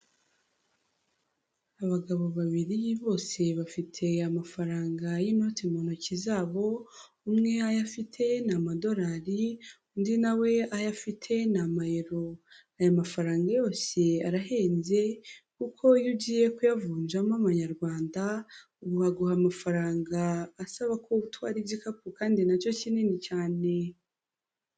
Abagabo babiri bose bafite amafaranga y'inoti mu ntoki zabo, umwe ayo afite ni amadolari, undi na we ayo afite ni amayero. Aya mafaranga yose arahenze, kuko iyo ugiye kuyavunjamo amanyarwanda, ubu baguha amafaranga asaba ko utwara igikapu kandi na cyo kinini cyane.